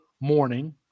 morning